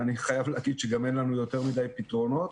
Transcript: אני חייב להגיד שאין לנו יותר מידי פתרונות.